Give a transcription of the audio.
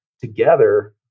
together